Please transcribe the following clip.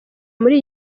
muri